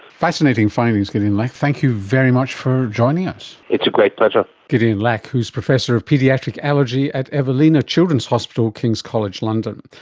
fascinating findings, gideon lack, thank you very much for joining us. it's a great pleasure. gideon lack, who is professor of paediatric allergy at evelina children's hospital at king's college london.